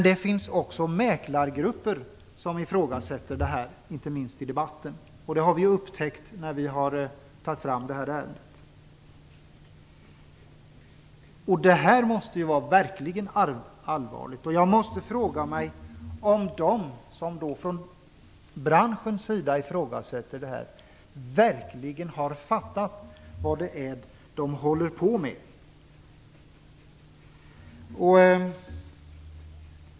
Det finns också mäklargrupper som ifrågasätter det här, inte minst i debatten. Det upptäckte vi när vi tog fram ärendet. Detta måste vara riktigt allvarligt. Jag måste fråga om de från branschens sida som ifrågasätter det här verkligen har fattat vad de håller på med.